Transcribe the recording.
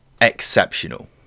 exceptional